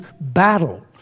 battle